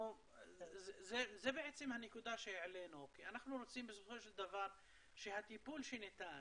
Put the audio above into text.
זו בעצם הנקודה שהעלינו כי אנחנו רוצים בסופו של דבר שהטיפול שניתן,